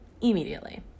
immediately